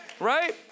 right